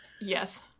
Yes